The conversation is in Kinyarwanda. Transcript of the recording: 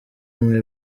mwe